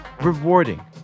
rewarding